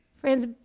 Friends